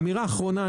אמירה אחרונה,